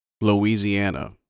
Louisiana